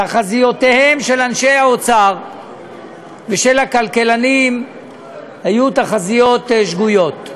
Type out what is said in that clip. תחזיותיהם של אנשי האוצר ושל הכלכלנים היו תחזיות שגויות.